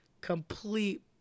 Complete